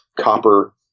copper